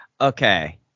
Okay